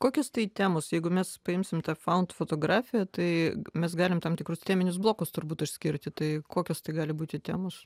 kokios tai temos jeigu mes paimsim tą faund fotografiją tai mes galim tam tikrus teminius blokus turbūt išskirti tai kokios tai gali būti temos